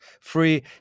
free